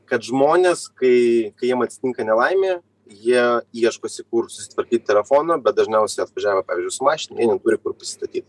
kad žmonės kai kai jiem atsitinka nelaimė jie ieškosi kur susitvarkyt telefoną bet dažniausiai atvažiavę pavyzdžiui su mašina jie neturi kur pasistatyt